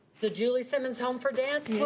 the julie simmons home for dance you know